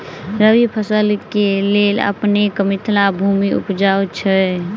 रबी फसल केँ लेल अपनेक मिथिला भूमि उपजाउ छै